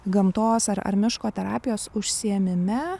gamtos ar ar miško terapijos užsiėmime